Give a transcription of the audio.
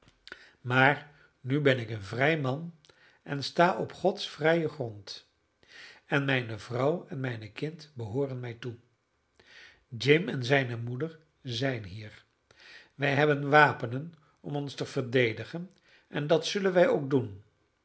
maar nu ben ik een vrij man en sta op gods vrijen grond en mijne vrouw en mijn kind behooren mij toe jim en zijne moeder zijn hier wij hebben wapenen om ons te verdedigen en dat zullen wij ook doen